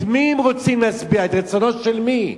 את מי הם רוצים להשביע, את רצונם של מי,